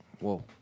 Whoa